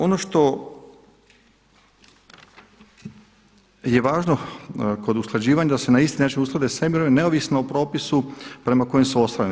Ono što je važno kod usklađivanja da se na isti način usklade sve mirovine neovisno o propisu prema kojem su ostvarene.